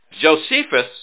Josephus